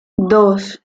dos